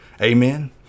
Amen